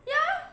ya